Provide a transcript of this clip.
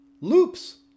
loops